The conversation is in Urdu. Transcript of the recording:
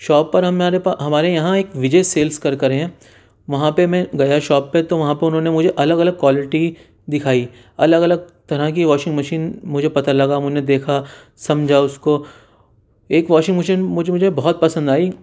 شاپ پر ہمارے پا ہمارے یہاں ایک وجے سیلس کر کر ہیں وہاں پہ میں گیا شاپ پہ تو وہاں پر انہوں نے مجھے الگ الگ کوالٹی دکھائی الگ الگ طرح کی واشنگ مشین مجھے پتا لگا انہیں دیکھا سمجھا اس کو ایک واشنگ مشین مجھے مجھے بہت پسند آئی